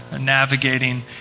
navigating